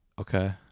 Okay